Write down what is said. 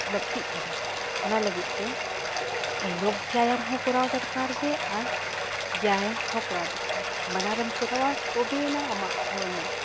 ᱞᱟᱹᱠᱛᱤᱜ ᱠᱟᱱᱟ ᱚᱱᱟ ᱞᱟᱹᱜᱤᱫᱼᱛᱮ ᱡᱳᱜᱽ ᱵᱮᱭᱟᱢ ᱦᱚᱸ ᱠᱚᱨᱟᱣ ᱫᱚᱨᱠᱟᱨ ᱜᱮ ᱟᱨ ᱵᱮᱭᱟᱢ ᱦᱚᱸ ᱠᱚᱨᱟᱣ ᱫᱚᱨᱠᱟᱨ ᱵᱟᱱᱟᱨᱮᱢ ᱠᱚᱨᱟᱣᱟ ᱛᱚᱵᱮᱭᱮᱱᱟ ᱟᱢᱟᱜ ᱦᱚᱲᱢᱚ